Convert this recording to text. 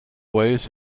waves